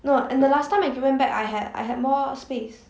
no and the last time I went back I had I had more space